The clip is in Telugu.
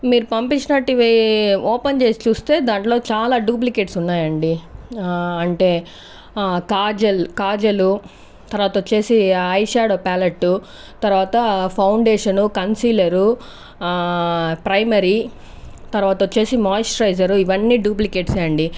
మీరు పంపించినాటివి ఓపెన్ చేసి చూస్తే దాంట్లో చాలా డూప్లికేట్స్ ఉన్నాయండి అంటే కాజల్ కాజలు తర్వాత వచ్చేసి ఐ షాడో ప్యాలెట్టు తర్వాత ఫౌండేషన్ కన్సీలర్ ప్రైమరీ తర్వాత వచ్చేసి మాయిశ్చరైజర్ ఇవన్నీ డూప్లికేట్స్ ఏ అండి